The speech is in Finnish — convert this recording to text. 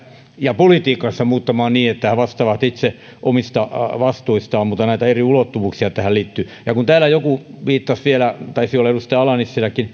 ja politiikkansa muuttamaan niin että he vastaavat itse omista vastuistaan mutta näitä eri ulottuvuuksia tähän liittyy ja kun täällä joku viittasi vielä kreikkaan taisi olla edustaja ala